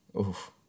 oof